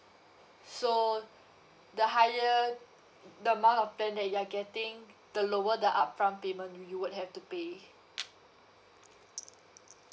so the higher the amount of plan that you are getting the lower the upfront payment you you would have to pay